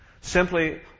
simply